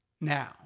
now